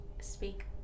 speak